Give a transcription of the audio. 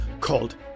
called